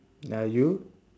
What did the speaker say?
ya you